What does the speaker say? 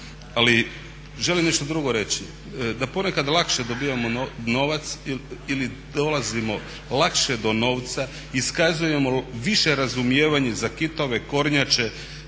ali želim nešto drugo reći. Da ponekad dobivamo novac ili dolazimo lakše do novca, iskazujemo više razumijevanje za kitove, kornjače,